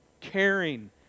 Caring